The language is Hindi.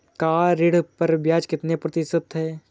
कार ऋण पर ब्याज कितने प्रतिशत है?